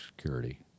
Security